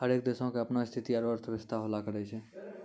हरेक देशो के अपनो स्थिति आरु अर्थव्यवस्था होलो करै छै